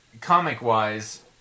comic-wise